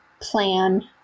plan